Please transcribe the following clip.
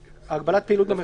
הגבלת פעילות במרחב הציבורי.